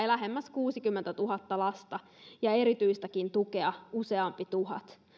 lähemmäs kuusikymmentätuhatta lasta ja erityistäkin tukea useampi tuhat